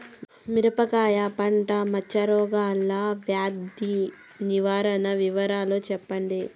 మిరపకాయ పంట మచ్చ రోగాల వ్యాధి నివారణ వివరాలు చెప్పండి?